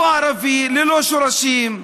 הוא ערבי ללא שורשים,